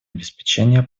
обеспечении